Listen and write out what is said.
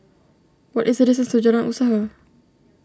what is the distance to Jalan Usaha